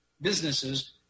businesses